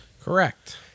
Correct